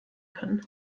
können